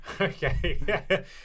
Okay